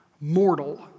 Mortal